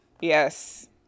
Yes